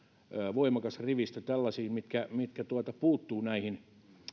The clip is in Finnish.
voimakas rivistö säädöksiä mitkä puuttuvat näihin